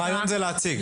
הרעיון הוא להציג.